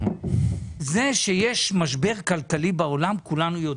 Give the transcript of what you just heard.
זה שיש משבר כלכלי בעולם כולנו יודעים.